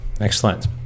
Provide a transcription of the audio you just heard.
Excellent